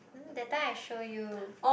that time I show you